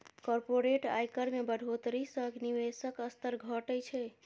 corporate आयकर मे बढ़ोतरी सं निवेशक स्तर घटै छै